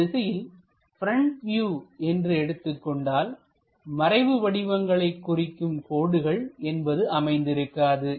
இந்த திசையில் front view என்று எடுத்துக் கொண்டால்மறைவு வடிவங்களை குறிக்கும் கோடுகள் என்பது அமைந்திருக்காது